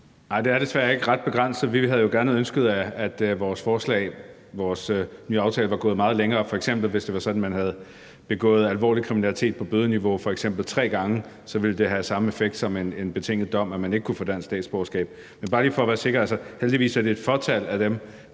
Nej, det er desværre ikke ret begrænset. Vi havde jo gerne ønsket, at vores forslag, vores nye aftale, var gået meget længere; f.eks. at hvis det var sådan, at man havde begået alvorlig kriminalitet på bødeniveau, f.eks. tre gange, så ville det have samme effekt som en betinget dom, nemlig at man ikke kunne få dansk statsborgerskab. Heldigvis er det et fåtal af dem,